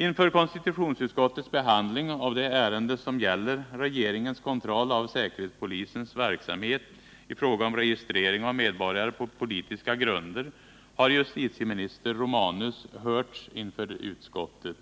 Inför konstitutionsutskottets behandling av det ärende som gäller regeringens kontroll av säkerhetspolisens verksamhet i fråga om registrering av medborgare på politiska grunder har justitieminister Romanus hörts inför utskottet.